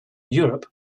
europe